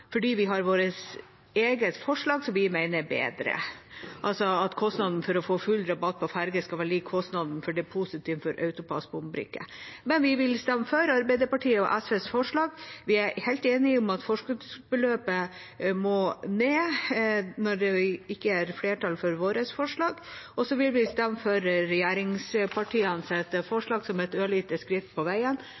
fordi vi har et eget forslag som vi mener er bedre, altså at kostnaden for å få full rabatt på ferge skal være lik kostnaden for depositum for AutoPASS-bombrikke. Men vi vil stemme for Arbeiderpartiet og SVs forslag når det ikke er flertall for våre forslag, vi er helt enige om at forskuddsbeløpet må ned. Vi vil stemme for regjeringspartienes forslag